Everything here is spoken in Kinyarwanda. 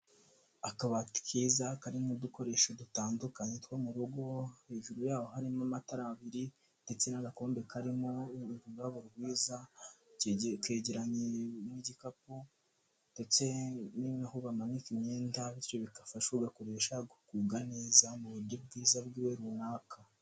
Akabati keza karimo udukoresho dutandukanye two mu rugo, hejuru yaho harimo amatara abiri ndetse n'agakombe karimo urubo rwiza, kegeranye n'igikapu ndetse naho bamanika imyenda, bityo bigafasha ugakoresha kugubwa neza mu buryo bwiza bwiwe runaka.